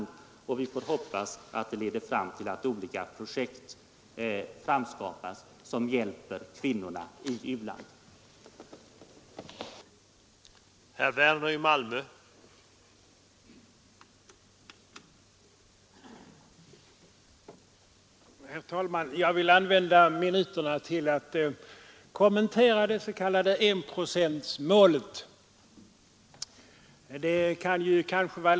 Vad som fordras och vad vi kräver är emellertid att detta leder fram till att olika projekt framskapas som hjälper kvinnorna i många, många u-länder.